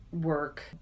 work